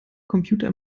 computer